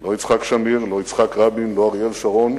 לא יצחק שמיר, לא יצחק רבין, לא אריאל שרון,